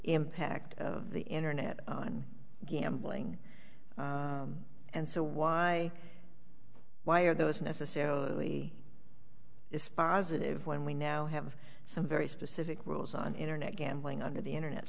impact of the internet on gambling and so why why are those necessarily it's positive when we now have some very specific rules on internet gambling under the internet